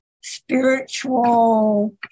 spiritual